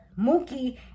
Mookie